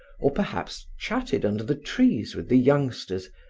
or perhaps chatted under the trees with the youngsters,